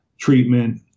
treatment